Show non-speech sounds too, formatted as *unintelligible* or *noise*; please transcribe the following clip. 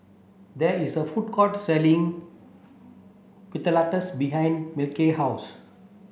there is a food court selling *unintelligible* behind *unintelligible* house